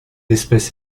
espèce